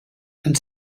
and